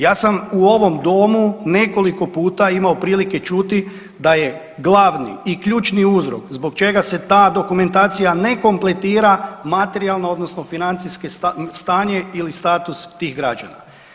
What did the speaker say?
Ja sam u ovom domu nekoliko puta imao prilike čuti da je glavni i ključni uzrok zbog čega se ta dokumentacija ne kompletira materijalno odnosno financijsko stanje ili status tih građana.